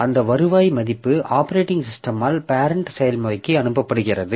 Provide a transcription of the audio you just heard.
அந்த வருவாய் மதிப்பு ஆப்பரேட்டிங் சிஸ்டமால் பேரெண்ட் செயல்முறைக்கு அனுப்பப்படுகிறது